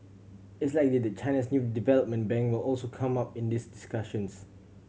it's likely that China's new development bank will also come up in this discussions